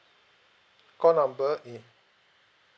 call number